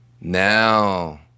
Now